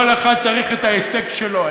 כל אחד צריך את ההישג שלו,